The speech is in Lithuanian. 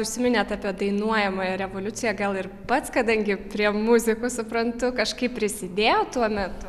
užsiminėt apie dainuojamąją revoliuciją gal ir pats kadangi prie muzikos suprantu kažkaip prisidėjot tuo metu